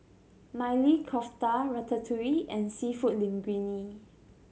Maili Kofta Ratatouille and Seafood Linguine